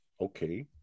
Okay